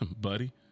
Buddy